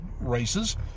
races